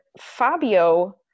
fabio